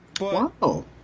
Wow